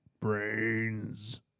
Brains